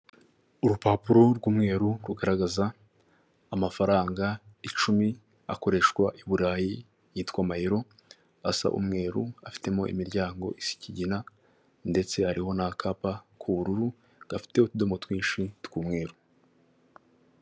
Urupapuro rw'umweru rugaragaza amafaranga icumi akoreshwa i Burayi yitwa mayero asa umweru afitemo imiryango isa ikigina ndetse ariho n'akapa k'ubururu gafite utudomo twinshi tw'umweru.